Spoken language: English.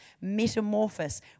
metamorphosis